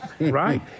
right